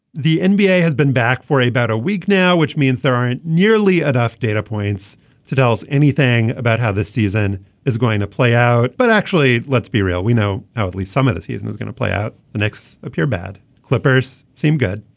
the and nba has been back for a about a week now which means there aren't nearly enough data points to tell us anything about how this season is going to play out but actually let's be real. we know how badly some of the season is gonna play out the knicks appear bad. clippers seem good.